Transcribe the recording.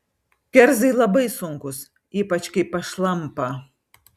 kerzai labai sunkūs ypač kai pašlampa